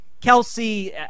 Kelsey